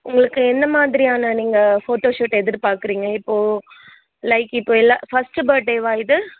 உங்களுக்கு எந்த மாதிரியான நீங்கள் ஃபோட்டோ ஷூட் எதிர்பார்க்குறீங்க இப்போது லைக் இப்போது எல்லா ஃபஸ்ட்டு பர்த் டேவா இது